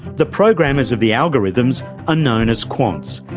the programmers of the algorithms are known as quants.